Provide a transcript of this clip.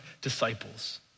disciples